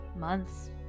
months